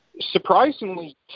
Surprisingly